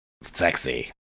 sexy